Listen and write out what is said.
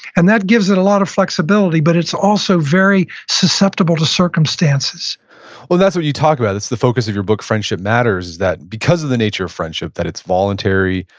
and that gives it a lot of flexibility, but it's also very susceptible to circumstances well, that's what you talk about. it's the focus of your book friendship matters that because of the nature of friendship, that it's voluntary,